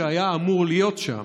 שהיה אמור להיות שם.